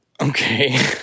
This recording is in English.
Okay